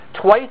twice